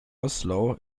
oslo